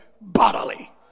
bodily